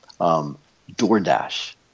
DoorDash